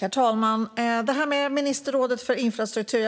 Herr talman! Jag måste få återkomma till frågan om ett ministerråd för infrastruktur.